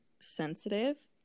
sensitive